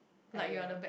I don't know